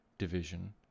division